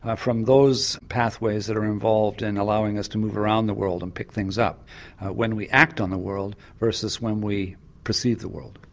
ah from those pathways that are involved in allowing us to move around in the world and pick things up when we act on the world versus when we perceive the world.